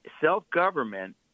Self-government